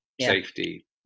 safety